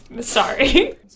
sorry